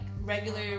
regular